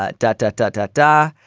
ah dat dat dat dat da.